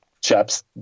chaps